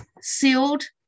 sealed